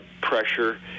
pressure